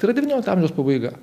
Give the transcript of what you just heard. tai yra devyniolikto amžiaus pabaiga